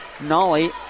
Nolly